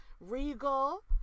regal